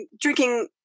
drinking